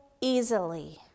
easily